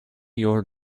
your